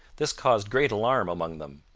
this caused great alarm among them.